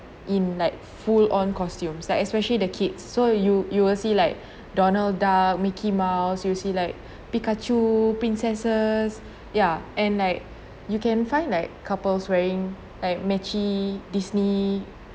in like full on costumes like especially the kids so you you will see like donald duck mickey mouse you'll see like pikachu princesses ya and like you can find like couples wearing like matchy Disney